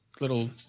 little